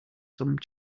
some